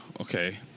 Okay